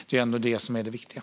Det är ändå det som är det viktiga.